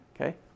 Okay